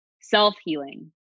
self-healing